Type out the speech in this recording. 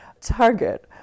target